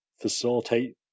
facilitate